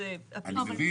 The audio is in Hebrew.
אני מבין.